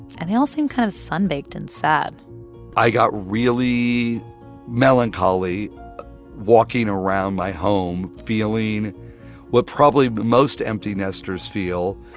and they all seemed kind of sunbaked and sad i got really melancholy walking around my home, feeling what probably most empty nesters feel.